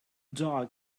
dog